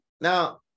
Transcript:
Now